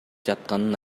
жатканын